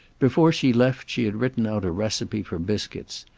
before she left she had written out a recipe for biscuits,